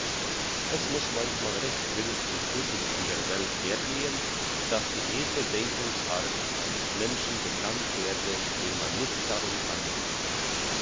es muss manchmal recht wild und blutig in der welt hergehen dass die edle denkungsart eines menschen bekannt werde den man nicht drum ansieht